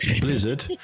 Blizzard